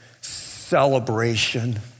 celebration